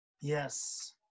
Yes